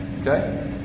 Okay